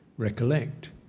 Recollect